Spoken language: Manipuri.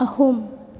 ꯑꯍꯨꯝ